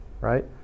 right